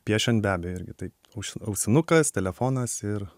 piešiant be abejo irgi tai ausi ausinukas telefonas ir